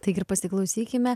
taigi ir pasiklausykime